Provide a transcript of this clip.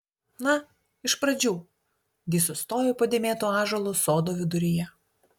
na iš pradžių di sustojo po dėmėtu ąžuolu sodo viduryje